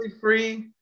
free